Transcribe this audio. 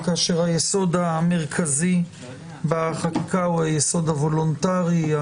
כאשר היסוד המרכזי בחקיקה הוא היסוד הוולונטרי,